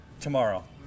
Tomorrow